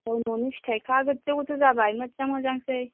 औ न'नि फिथाइखा गोजौ गोजौ जाबाय मोजां मोजांसै